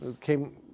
came